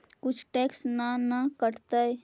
कुछ टैक्स ना न कटतइ?